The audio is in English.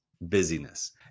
busyness